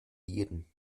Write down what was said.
jeden